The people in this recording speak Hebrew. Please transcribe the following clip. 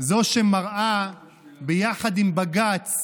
זו שמראה ביחד עם בג"ץ